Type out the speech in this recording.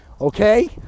Okay